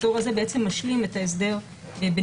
הפטור הזה בעצם משלים את ההסדר בניירות